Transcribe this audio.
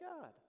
God